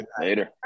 Later